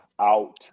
out